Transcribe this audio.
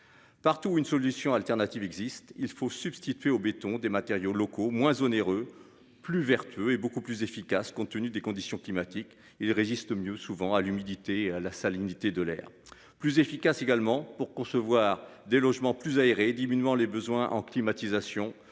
Partout, une solution alternative existe, il faut substituer au béton, des matériaux locaux moins onéreux, plus vertueux et beaucoup plus efficace. Compte tenu des conditions climatiques et résiste mieux souvent à l'humidité, la salinité de l'air plus efficace également pour concevoir des logements plus aéré et diminuant les besoins en climatisation